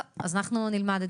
טוב, אז אנחנו נלמד את זה.